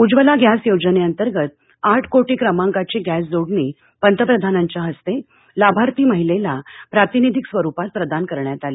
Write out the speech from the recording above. Ujjwala gas योजनेअंतर्गत आठ कोटी क्रमांकाची गॅसजोडणी पंतप्रधानांघ्या हस्ते लाभार्थी महिलेला प्रातिनिधीक स्वरुपात प्रदान करण्यात आली